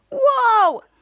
Whoa